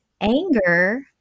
anger